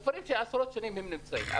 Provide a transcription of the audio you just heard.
כפרים שעשרות שנים הם נמצאים בהם.